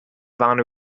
bhean